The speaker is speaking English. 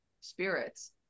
spirits